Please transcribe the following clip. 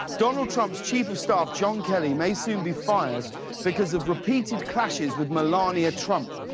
donald trump's chief of staff john kelly may soon be fired because of repeated clashes with melania trump.